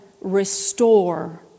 restore